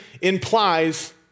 implies